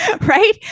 right